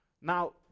Now